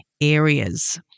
areas